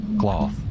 cloth